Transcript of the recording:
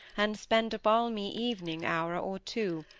and spend a balmy evening hour or two,